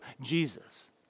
Jesus